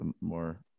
more